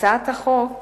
הצעת החוק